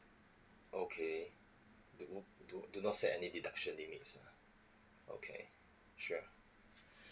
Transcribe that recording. okay do not do not set any deduction limits okay sure